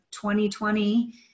2020